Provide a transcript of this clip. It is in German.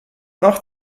nach